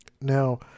Now